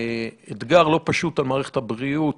אתגר לא פשוט על מערכת הבריאות